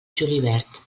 julivert